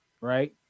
right